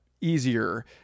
easier